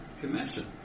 Commission